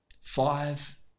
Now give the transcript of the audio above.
Five